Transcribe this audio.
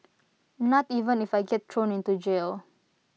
not even if I get thrown into jail